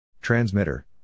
Transmitter